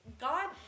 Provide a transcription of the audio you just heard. god